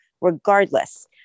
regardless